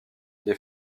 les